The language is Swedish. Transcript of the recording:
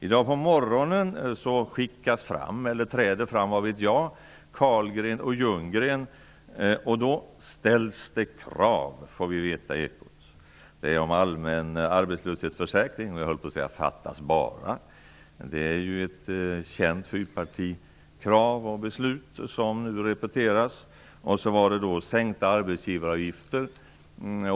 I dag på morgonen är det Carlgren och Ljunggren som skickas fram - eller träder fram; vad vet jag? Nu ställs det krav, får vi veta i Ekot. Det är krav om allmän arbetslöshetsförsäkring. Fattas bara! Det är ju ett känt fyrpartikrav och beslut som nu repeteras. Det är krav om sänkta arbetsgivaravgifter.